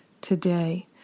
today